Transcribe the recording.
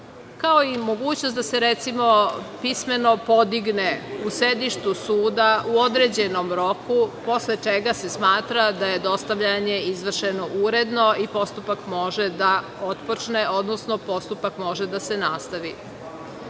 kao i mogućnost da se recimo, pismeno podigne u sedištu suda u određenom roku posle čega se smatra da je dostavljanje izvršeno uredno i postupak može da otpočne odnosno postupak može da se nastavi. Ono